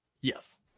Yes